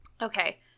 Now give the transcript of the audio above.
okay